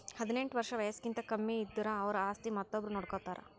ಹದಿನೆಂಟ್ ವರ್ಷ್ ವಯಸ್ಸ್ಕಿಂತ ಕಮ್ಮಿ ಇದ್ದುರ್ ಅವ್ರ ಆಸ್ತಿ ಮತ್ತೊಬ್ರು ನೋಡ್ಕೋತಾರ್